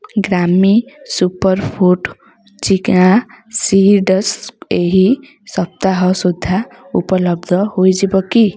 ଗ୍ରାମି super food chia seeds ଏହି ସପ୍ତାହ ସୁଦ୍ଧା ଉପଲବ୍ଧ ହୋଇଯିବ କି